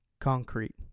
concrete